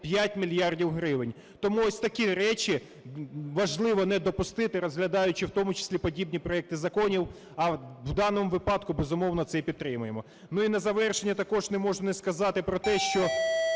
5 мільярдів гривень. Тому ось такі речі важливо не допустити, розглядаючи в тому числі подібні проекти законів. А в даному випадку, безумовно, це підтримуємо. І на завершення також не можу не сказати про те, що